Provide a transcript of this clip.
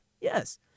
yes